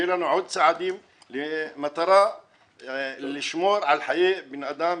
ויהיו לנו עוד צעדים למטרה לשמור על חיי בני אדם,